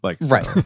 Right